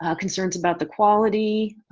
ah concerns about the quality.